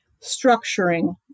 structuring